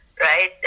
Right